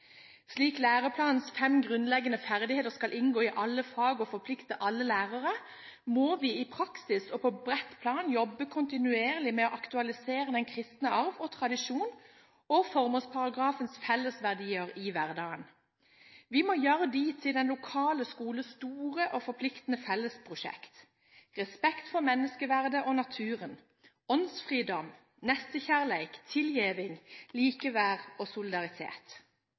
Slik læreplanens fem grunnleggende ferdigheter skal inngå i alle fag og forplikte alle lærere, må vi i praksis – og på bredt plan – jobbe kontinuerlig med å aktualisere den kristne arv og tradisjon og formålsparagrafens fellesverdier i hverdagen. Vi må gjøre dem til den lokale skoles store og forpliktende fellesprosjekt – «respekt for menneskeverdet og naturen», «åndsfridom», «nestekjærleik», «tilgjeving», «likeverd og solidaritet».